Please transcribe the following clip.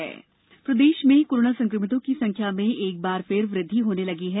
corona प्रदेश प्रदेश में कोरोना संक्रमितों की संख्या में एक बार फिर वृद्धि होने लगी है